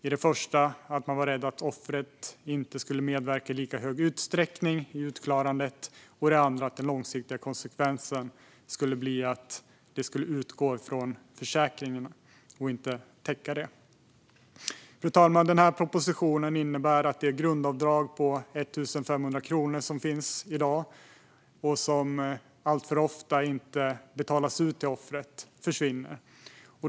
I det första var man rädd att offret inte skulle medverka i lika hög utsträckning i uppklarandet, i det andra att den långsiktiga konsekvensen skulle bli att detta utgick från försäkringen som då inte skulle täcka det. Fru talman! Propositionen innebär att det grundavdrag på 1 500 kronor som i dag finns och som alltför ofta inte betalas ut till offret försvinner.